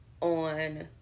on